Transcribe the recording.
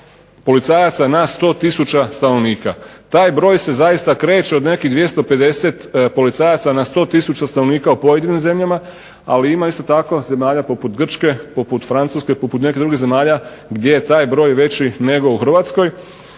policajaca na 100 tisuća stanovnika. Taj broj se zaista kreće od nekih 250 policajaca na 100 tisuća stanovnika u pojedinim zemljama, ali ima isto tako zemalja poput Grčke, poput Francuske, poput nekih drugih zemalja gdje je taj broj veći nego u Hrvatskoj